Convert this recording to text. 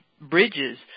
bridges